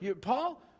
Paul